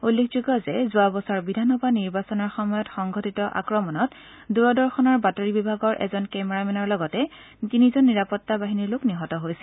উল্লেখযোগ্য যে যোৱা বছৰ বিধানসভা নিৰ্বাচনৰ সময়ত সংঘিতত আক্ৰমত দূৰদৰ্শনৰ বাতৰি বিভাগৰ এজন কেমেৰামেনৰ লগতে তিনিজন নিৰাপত্তাবাহিনীৰ লোক নিহত হৈছিল